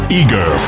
eager